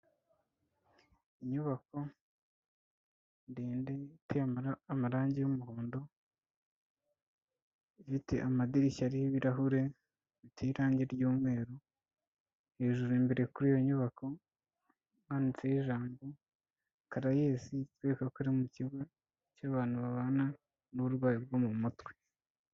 Inyubako ndende iteye amarangi y'umuhondo, ifite amadirishya ariho ibirahure biteye irangi ry'umweru. Hejuru imbere kuri iyo nyubako handitseho ijambo carayesi, bitwereka ko ari mu kibugo cy'abantu babana n'uburwayi bwo mu mutwe.